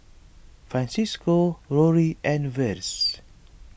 Francisco Rory and Versie